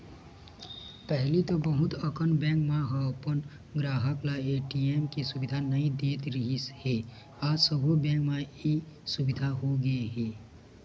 पहिली तो बहुत अकन बेंक मन ह अपन गराहक ल ए.टी.एम के सुबिधा नइ देवत रिहिस हे आज सबो बेंक म ए सुबिधा होगे हे